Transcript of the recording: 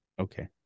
Okay